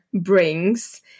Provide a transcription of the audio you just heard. brings